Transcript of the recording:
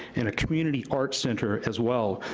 and a community art center, as well.